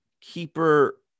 keeper